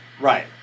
Right